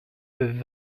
peuvent